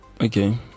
Okay